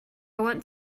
want